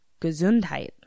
Gesundheit